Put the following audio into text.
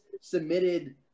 submitted